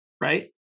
right